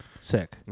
Sick